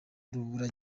rubura